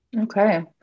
Okay